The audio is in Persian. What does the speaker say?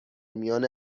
میان